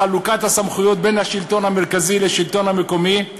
חלוקת הסמכויות בין השלטון המרכזי לשלטון המקומי,